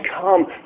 come